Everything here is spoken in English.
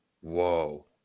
Whoa